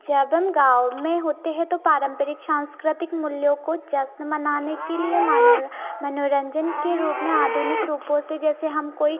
जब हम गाँव में होते हैं तो पारम्परिक सांस्कृतिक मूल्यों को जश्न मनाने के लिए मनो मनोरंजन के रूप में आधुनिक रूपों से जैसे हम कोई